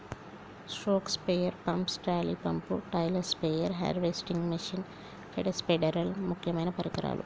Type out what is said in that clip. stroke sprayer pump, trolley pump, trailer sprayer, harvesting machine, పేడ spider ముక్యమైన పరికరాలు